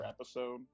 episode